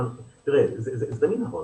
תראה, זה תמיד נכון.